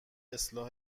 اصلاح